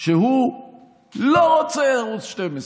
שהוא לא רוצה ערוץ 12,